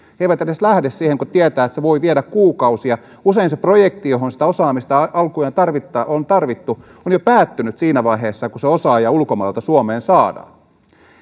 he eivät edes lähde siihen kun tietävät että se voi viedä kuukausia usein se projekti johon sitä osaamista alkujaan on tarvittu on jo päättynyt siinä vaiheessa kun se osaaja ulkomailta suomeen saadaan